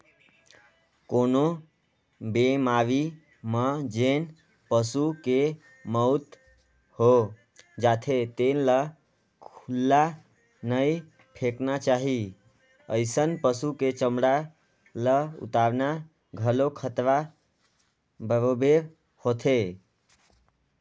कोनो बेमारी म जेन पसू के मउत हो जाथे तेन ल खुल्ला नइ फेकना चाही, अइसन पसु के चमड़ा ल उतारना घलो खतरा बरोबेर होथे